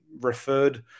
referred